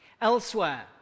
Elsewhere